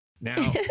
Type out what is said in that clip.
Now